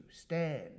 stand